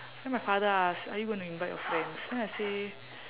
then my father ask are you gonna invite your friends then I say